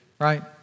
right